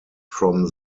from